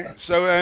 so